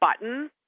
button